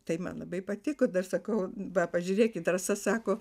tai man labai patiko dar sakau va pažiūrėkit rasa sako